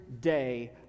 day